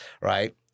Right